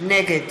נגד